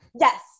yes